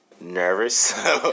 nervous